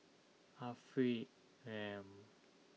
Afiq M